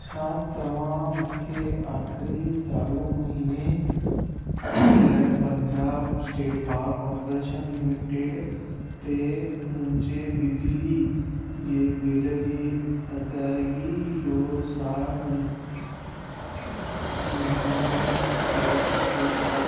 छा तव्हां मूंखे आख़िरी चालू महीने लाइ Punjab State Power Corporation Limited ते मुंहिंजे बिजली जे बिल जी अदायगी जो सार मु मुहैया करे सघो था